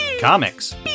comics